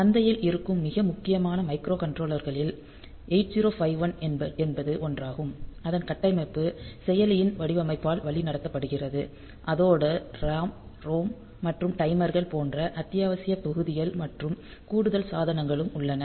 சந்தையில் இருக்கும் மிக முக்கியமான மைக்ரோகண்ட்ரோலர்களில் 8051 என்பது ஒன்றாகும் அதன் கட்டமைப்பு செயலியின் வடிவமைப்பால் வழிநடத்தப்படுகிறது அதோடு ROM RAM மற்றும் டைமர்கள் போன்ற அத்தியாவசிய தொகுதிகள் மற்றும் கூடுதல் சாதனங்களும் உள்ளன